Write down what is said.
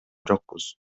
жокпуз